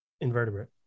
invertebrate